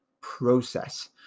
process